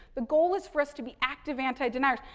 the goal is for us to be active anti-deniers.